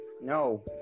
No